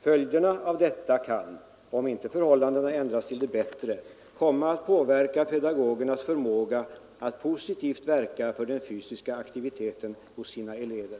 ”Följderna av detta kan — om inte förhållandena ändras till det bättre — komma att påverka pedagogernas förmåga att positivt verka för den fysiska aktiviteten hos sina elever.”